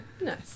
nice